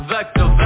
Vector